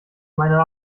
meine